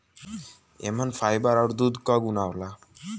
एमन फाइबर आउर दूध क गुन होला